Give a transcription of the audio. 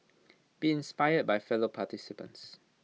be inspired by fellow participants